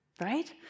right